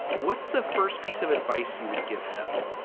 what's the first piece of advice you would give him?